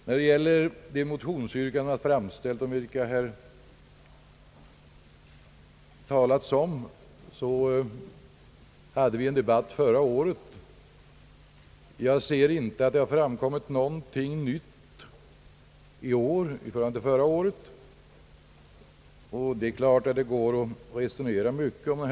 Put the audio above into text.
När det gäller motionsyrkandena, vilka här har talats om, hade vi en debatt förra året, och jag kan inte se att det framkommit någonting nytt i år i förhållande till förra året, men man kan naturligtvis ändå resonera mycket om detta.